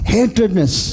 Hatredness